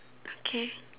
okay